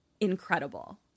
incredible